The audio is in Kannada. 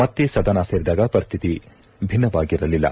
ಮತ್ತೆ ಸದನ ಸೇರಿದಾಗ ಪರಿಸ್ಲಿತಿ ಭಿನ್ನವಾಗಿರಲಿಲ್ಲ